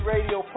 Radio